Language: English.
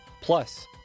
plus